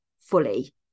fully